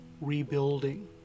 rebuilding